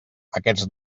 aquests